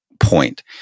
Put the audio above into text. point